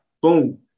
Boom